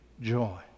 joy